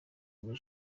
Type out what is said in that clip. muri